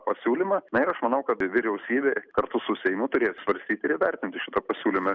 pasiūlymą na ir aš manau kad vyriausybė kartu su seimu turi apsvarstyti ir įvertinti šitą pasiūlymą